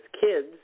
kids